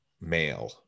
male